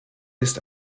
ist